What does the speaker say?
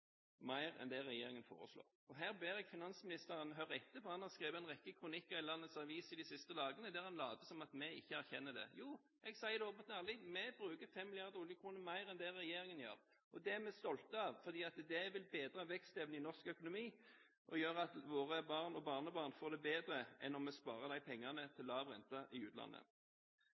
mer enn det regjeringen foreslår. Her ber jeg finansministeren høre etter, for han har skrevet en rekke kronikker i landets aviser de siste dagene der han later som om vi ikke erkjenner det. Jo, jeg sier det åpent og ærlig: Vi bruker 5 milliarder oljekroner mer enn det regjeringen gjør. Det er vi stolte av, for det vil bedre vekstevnen i norsk økonomi og gjøre at våre barn og barnebarn får det bedre enn om vi sparer de pengene til lav rente i utlandet.